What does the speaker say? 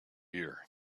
here